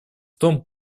том